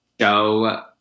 show